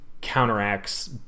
counteracts